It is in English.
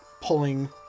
pulling